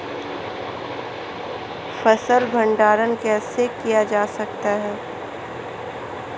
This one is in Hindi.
फ़सल भंडारण कैसे किया जाता है?